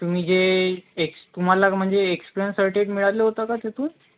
तुम्ही जे एक्स तुम्हाला म्हणजे एक्सपेन्स सर्टेट मिळालं होतं का तिथून